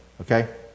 Okay